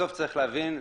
בסוף צריך להבין,